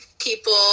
people